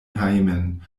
hejmen